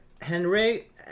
Henry